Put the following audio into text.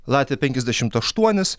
latvija penkiasdešimt aštuonis